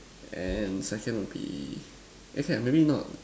and second would be okay maybe not